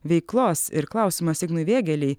veiklos ir klausimas ignui vėgėlei